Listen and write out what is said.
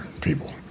people